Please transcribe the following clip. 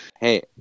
Hey